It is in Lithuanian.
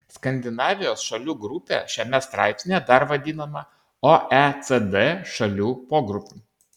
skandinavijos šalių grupė šiame straipsnyje dar vadinama oecd šalių pogrupiu